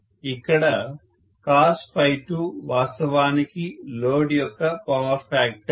ఇక్కడ cos2 వాస్తవానికి load యొక్క పవర్ ఫ్యాక్టర్